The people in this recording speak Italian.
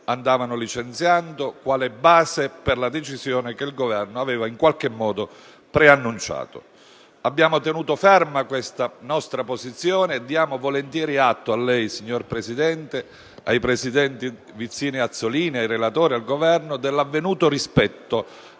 Commissioni riunite quale base per la decisione che il Governo aveva in qualche modo preannunciato. Abbiamo tenuto ferma questa nostra posizione e diamo volentieri atto a lei, Signor Presidente, e ai presidenti Vizzini ed Azzolini, ai relatori e al Governo, dell'avvenuto rispetto